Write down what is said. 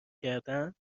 کردنچی